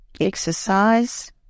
exercise